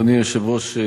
אדוני היושב-ראש,